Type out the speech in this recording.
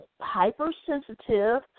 hypersensitive